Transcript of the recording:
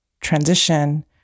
transition